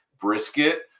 brisket